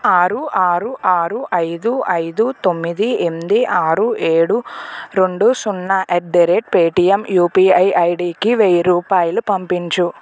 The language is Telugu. ఆరు ఆరు ఆరు ఐదు ఐదు తొమ్మిది ఎనిమిది ఆరు ఏడు రెండు సున్నా at the rate Paytm UPI ఐడికి వెయ్యి రూపాయలు పంపించు